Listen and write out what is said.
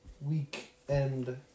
Weekend